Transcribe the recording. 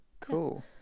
cool